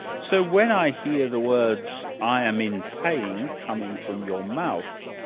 so when i hear the words i am in pain coming from your mouth,